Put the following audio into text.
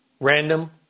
Random